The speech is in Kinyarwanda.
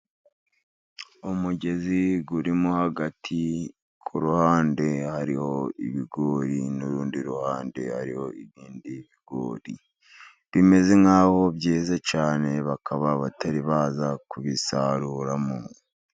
Umugezi urimo hagati ku ruhande hariho ibigori, n'urundi ruhande hariho ibindi bigori, bimeze nk'aho byeze cyane bakaba batari baza kubisarura.